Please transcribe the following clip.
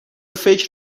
فکر